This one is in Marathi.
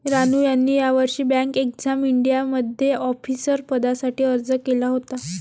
रानू यांनी यावर्षी बँक एक्झाम इंडियामध्ये ऑफिसर पदासाठी अर्ज केला होता